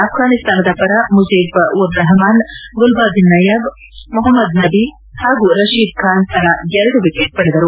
ಆಫ್ವಾನಿಸ್ತಾನದ ಪರ ಮುಜೀಬ್ ಉರ್ ರಹಮಾನ್ ಗುಲ್ಲಾದಿನ್ ನಯೀಬ್ ಮೊಹಮ್ನದ್ ನಬಿ ಹಾಗೂ ರತೀದ್ ಖಾನ್ ತಲಾ ಎರಡು ವಿಕೆಟ್ ಪಡೆದರು